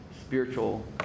spiritual